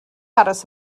aros